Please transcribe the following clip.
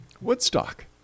Woodstock